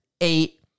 eight